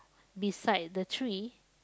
beside the tree